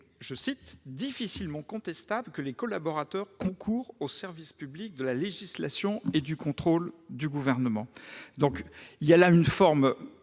était « difficilement contestable que nos collaborateurs concourent au service public de la législation et du contrôle de l'action du Gouvernement ». Il y a là une forme